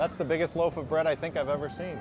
that's the biggest loaf of bread i think i've ever seen